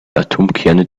atomkerne